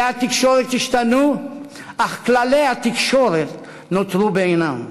כלי התקשורת השתנו, אך כללי התקשורת נותרו בעינם.